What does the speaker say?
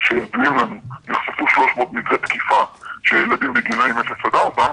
נחשפו 300 מקרי תקיפה של ילדי בגילאים אפס עד ארבע,